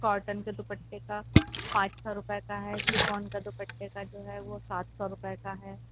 cotton کے دوپٹے کا پانچ سو روپئے کا ہے شفون کا دوپٹے کا جو ہے وہ سات سو روپئےے کا ہے